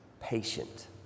patient